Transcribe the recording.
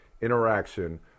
interaction